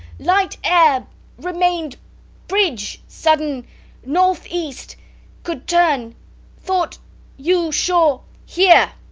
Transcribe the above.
light air remained bridge sudden north-east could turn thought you sure hear.